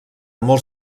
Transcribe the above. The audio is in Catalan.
molt